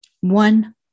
one